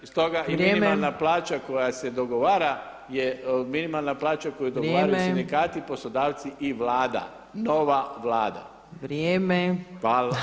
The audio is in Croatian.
I stoga [[Upadica Opačić: Vrijeme.]] i minimalna plaća koja se dogovara minimalna plaća koju dogovaraju sindikati, poslodavci i Vlada, nova Vlada [[Upadica Opačić: Vrijeme.]] Hvala.